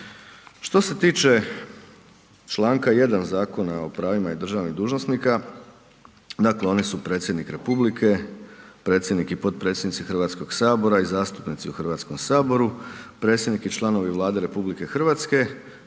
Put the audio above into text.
Što se tiče članka 1. Zakona o pravima državnih dužnosnika, dakle oni su Predsjednik Republike, predsjednik i potpredsjednici Hrvatskog sabora i zastupnici u Hrvatskom saboru, predsjednik i članovi Vlade RH,